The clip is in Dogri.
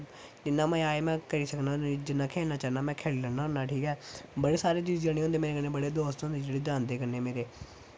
जिन्ना मज़ा अज्ज में करी सकनां जिन्ना खेलना चाह्न्नां में खेली लैन्ना होन्ना ठीक ऐ बड़े सारे जी जनें होंदे मेरे कन्नै बड़े दोस्त होंदे जेह्ड़े जांदे कन्नै मेरे